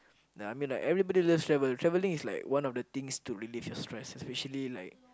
ya I mean like everybody loves travel travelling is like one of the things to relieve your stress especially like